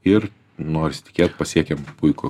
ir noris tikėt pasiekėm puikų